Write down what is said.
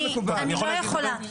אני לא יכולה.